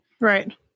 Right